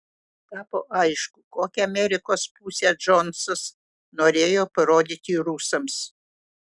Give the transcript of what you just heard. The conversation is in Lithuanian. tapo aišku kokią amerikos pusę džonsas norėjo parodyti rusams